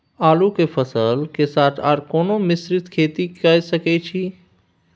आलू के फसल के साथ आर कोनो मिश्रित खेती के सकैछि?